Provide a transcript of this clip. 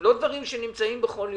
לא דברים שאנחנו עושים בכל יום.